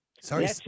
Sorry